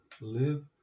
live